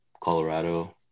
colorado